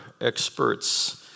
experts